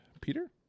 Peter